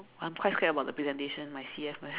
I'm quite scared about the presentation my C_F